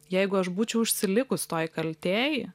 jeigu aš būčiau užsilikus toj kaltėj